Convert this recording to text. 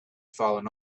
fallen